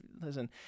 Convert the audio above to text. Listen